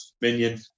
minion